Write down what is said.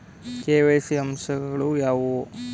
KYC ಯ ಅಂಶಗಳು ಯಾವುವು?